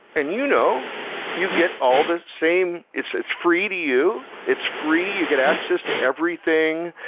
and you know you get all the same it's it's free to you. it's free, you get access to everything.